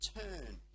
turn